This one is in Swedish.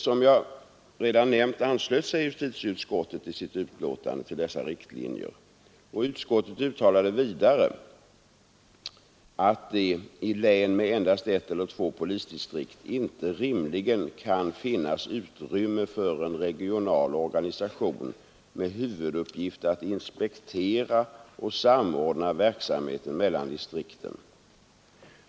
Som jag redan nämnt, anslöt sig justitieutskottet i sitt betänkande till dessa riktlinjer. Utskottet uttalade vidare att det i län med endast ett eller två polisdistrikt inte rimligen kan finnas utrymme för en regional organisation med huvuduppgift att inspektera och samordna verksamheten mellan distrikten.